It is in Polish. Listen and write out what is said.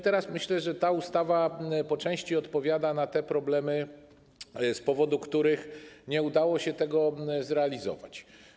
Teraz myślę, że ta ustawa po części odpowiada na te problemy, z powodu, których nie udało się tego zrealizować.